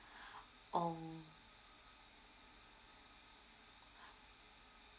oh